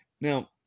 Now